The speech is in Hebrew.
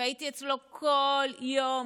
והייתי אצלו כל יום,